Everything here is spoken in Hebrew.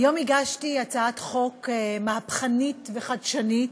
היום הגשתי הצעת חוק מהפכנית וחדשנית.